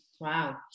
Wow